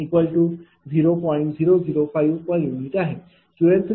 आणि त्याचप्रमाणे PL4600 kW0